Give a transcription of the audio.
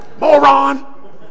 Moron